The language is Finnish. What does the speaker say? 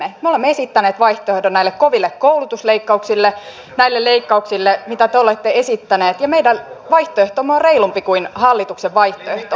me olemme esittäneet vaihtoehdon näille koville koulutusleikkauksille näille leikkauksille mitä te olette esittäneet ja meidän vaihtoehtomme on reilumpi kuin hallituksen vaihtoehto